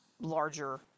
larger